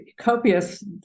copious